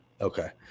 Okay